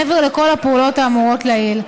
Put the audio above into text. מעבר לכל הפעולות האמורות לעיל.